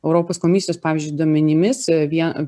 europos komisijos pavyzdžiui duomenimis vien